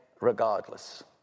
regardless